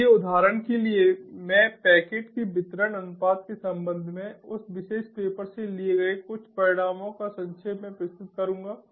इसलिए उदाहरण के लिए मैं पैकेट के वितरण अनुपात के संबंध में उस विशेष पेपर से लिए गए कुछ परिणामों को संक्षेप में प्रस्तुत करूंगा